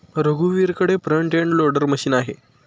रघुवीरकडे front end loader machine आहे